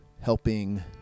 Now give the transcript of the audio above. helping